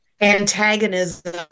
antagonism